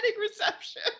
reception